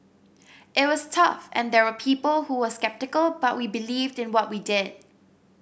it was tough and there were people who were sceptical but we believed in what we did